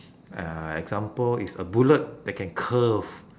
uh example it's a bullet that can curve